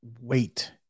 wait